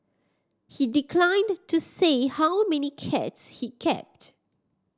he declined to say how many cats he kept